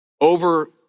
over